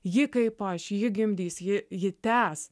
ji kaip aš ji gimdys ji ji tęs